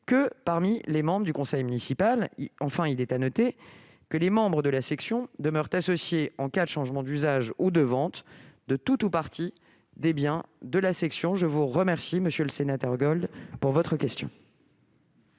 que parmi les membres du conseil municipal. Il est à noter que les membres de la section demeurent associés en cas de changement d'usage ou de vente de tout ou partie des biens de la section. La parole est à M. Éric Gold, pour la réplique.